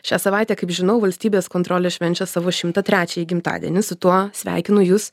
šią savaitę kaip žinau valstybės kontrolė švenčia savo šimtą trečiąjį gimtadienį su tuo sveikinu jus